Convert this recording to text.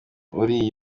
uri